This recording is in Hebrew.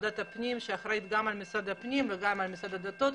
ועדת הפנים שאחראית גם על משרד הפנים וגם על משרד הדתות.